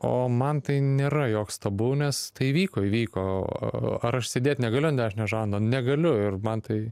o man tai nėra joks tabu nes tai vyko įvyko ar aš sėdėt negaliu ant dešinio žando negaliu ir man tai